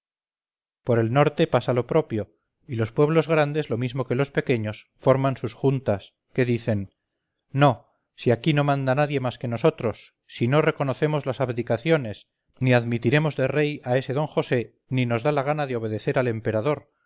por el norte pasa lo propio y los pueblos grandes lo mismo que los pequeños forman sus juntas que dicen no si aquí no manda nadie más que nosotros si no reconocemos las abdicaciones ni admitiremos de rey a ese d josé ni nos da la gana de obedecer al emperador